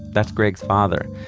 that's gregg's father,